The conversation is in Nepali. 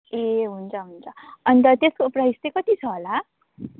ए हुन्छ हुन्छ अन्त त्यसको प्राइस चाहिँ कति छ होला